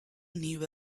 knew